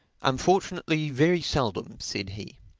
unfortunately very seldom, said he.